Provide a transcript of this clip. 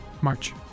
March